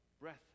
breath